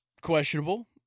questionable